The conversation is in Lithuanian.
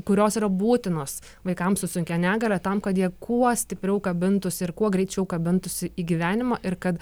kurios yra būtinos vaikams su sunkia negalia tam kad jie kuo stipriau kabintųsi ir kuo greičiau kabintųsi į gyvenimą ir kad